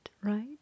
right